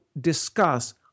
discuss